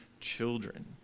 children